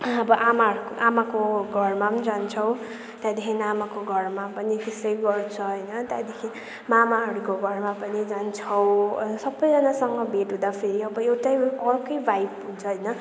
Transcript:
अब आमाहरूको आमाको घरमा पनि जान्छौँ त्यहाँदेखि आमाको घरमा पनि त्यसै गर्छ होइन त्यहाँदेखि मामाहरूको घरमा पनि जान्छौँ सबैजनासँग भेट हुँदाखेरि अब एउटै अर्कै भाइब हुन्छ होइन